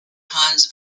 hans